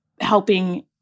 helping